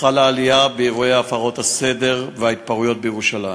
חלה עלייה באירועי הפרות הסדר וההתפרעויות בירושלים,